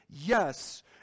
Yes